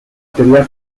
teoría